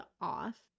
off